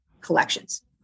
collections